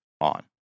on